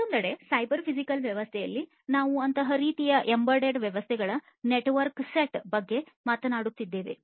ಮತ್ತೊಂದೆಡೆ cyber physical ವ್ಯವಸ್ಥೆಯಲ್ಲಿ ನಾವು ಅಂತಹ ರೀತಿಯ ಎಂಬೆಡೆಡ್ ವ್ಯವಸ್ಥೆಗಳ ನೆಟ್ವರ್ಕ್ ಸೆಟ್ ಬಗ್ಗೆ ಮಾತನಾಡುತ್ತಿದ್ದೇವೆ